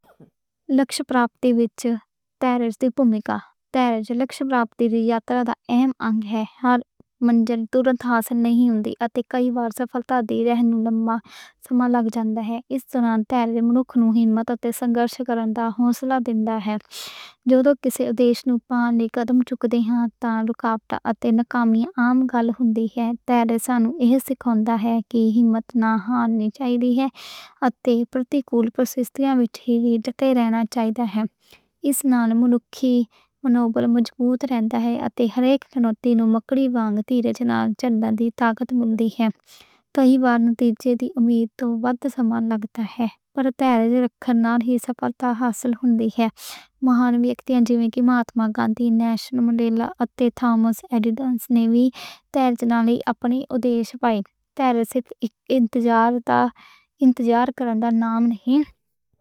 لکش پراپتی وچ تحمل دی بھومکا، تحمل لکش پراپتی یاترا دا اہم انگ ہے۔ ہر منزل تورنت حاصل نہیں ہوندی اتے کئی وار سفلتہ دی راہ توں لمّا سماں لگ جاندا ہے۔ اس دوران صبر رکھو تے ہمت دے سنگھرش کرن دا حوصلہ دیندا ہے۔ جدوں کسے دیش نوں پاؤندے نئیں جھکدے ہاں۔ تاں رکاوٹاں یا ناکامیاں عام گل ہوندی ہے۔ تاں سانو ایہی سکھاؤندا ہے کہ اسی ہمت نہ ہارنی چاہیدا ہے۔ اتے پرتیکول پرتھیتی وچ ہی ڈٹے رہنا چاہیدا ہے۔ اس نال منوبل مضبوط رہندا ہے۔ اتے ہر اک کانٹے نوں مکڑی وانگ تے جال چنّن دی طاقت ملدی ہے۔ کئی وار نتیجے دی آمد توں ودھ سماں لگدا ہے۔ پر تحمل رکھن نال ہی سفلتہ حاصل ہوندی ہے۔ مہان شخصیتاں جیوں کہ مہاتما گاندھی، نیلسن مینڈیلا، اتے تھامس ایڈیسن نویں ایجادکاری اپنی ادیش لئی اک مثال ہے۔ انتظار کرنا نام نہیں۔